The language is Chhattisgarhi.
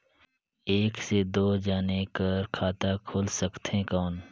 एक से दो जने कर खाता खुल सकथे कौन?